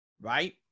right